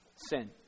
sin